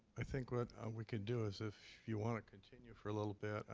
i think what we could do is if you want to continue for a little bit